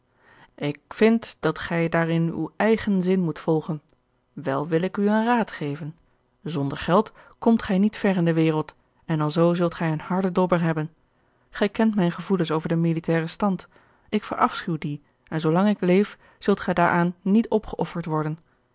ik vind dat gij daarin uw eigen zin moet volgen wel wil ik u een raad geven zonder geld komt gij niet ver in de wereld en alzoo zult gij een harden dobber hebben gij kent mijne gevoelens over den militairen stand ik verafschuw dien en zoo lang ik leef zult gij daaraan niet opgeofferd worden